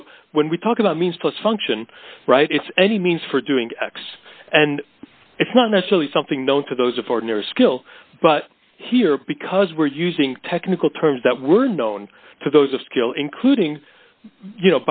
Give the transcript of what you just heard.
so when we talk about means to a function right it's any means for doing x and it's not necessarily something known to those of ordinary skill but here because we're using technical terms that were known to those of skill including you